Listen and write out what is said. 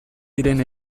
diren